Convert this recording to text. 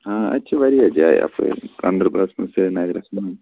اَتہِ چھِ وارِیاہ جایہِ اَپٲرۍ گانٛدربلس منٛز سریٖنگرس منٛز